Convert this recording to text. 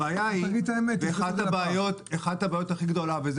תגיד את האמת --- אחת הבעיות הכי גדולות וזה